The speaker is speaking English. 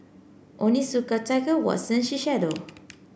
Onitsuka Tiger Watsons Shiseido